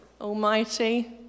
almighty